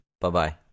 Bye-bye